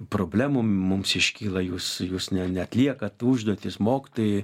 problemų mums iškyla jūs jūs ne neatliekat užduotis mokytojai